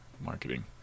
marketing